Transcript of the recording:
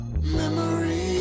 Memories